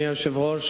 אדוני היושב-ראש,